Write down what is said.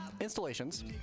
installations